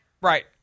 Right